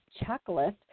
checklist